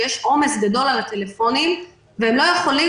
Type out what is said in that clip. יש עומס גדול על הטלפונים והם לא יכולים